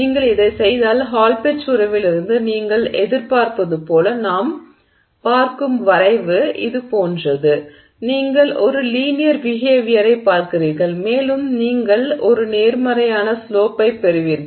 நீங்கள் இதைச் செய்தால் ஹால் பெட்ச் உறவிலிருந்து நீங்கள் எதிர்பார்ப்பது போல நாம் பார்க்கும் வரைவு இது போன்றது நீங்கள் ஒரு லீனியர் பிஹேவியரைப் பார்க்கிறீர்கள் மேலும் நீங்கள் ஒரு நேர்மறையான ஸ்லோப்பைப் பெறுவீர்கள்